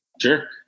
Sure